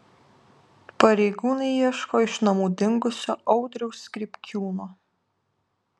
pareigūnai ieško iš namų dingusio audriaus skripkiūno